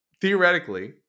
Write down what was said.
theoretically